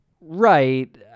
Right